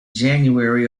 january